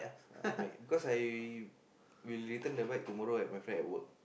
uh bike because I will return the bike tomorrow at my friend at work